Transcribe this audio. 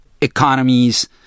economies